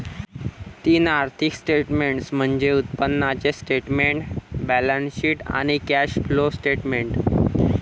तीन आर्थिक स्टेटमेंट्स म्हणजे उत्पन्नाचे स्टेटमेंट, बॅलन्सशीट आणि कॅश फ्लो स्टेटमेंट